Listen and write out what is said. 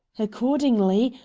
accordingly,